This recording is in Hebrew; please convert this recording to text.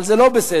אבל זה לא בסדר,